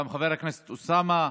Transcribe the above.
גם חבר הכנסת אוסאמה,